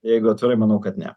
jeigu atvirai manau kad ne